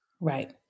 Right